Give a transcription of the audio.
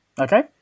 Okay